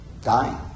dying